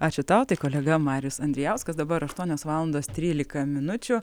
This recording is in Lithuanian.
ačiū tau tai kolega marius andrijauskas dabar aštuonios valandos trylika minučių